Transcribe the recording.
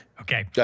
Okay